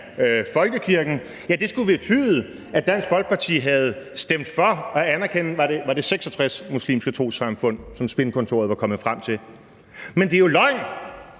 folkekirken – ja, det skulle betyde, at Dansk Folkeparti havde stemt for at anerkende, var det 66 muslimske trossamfund, som spinkontoret var kommet frem til? Men det er jo løgn.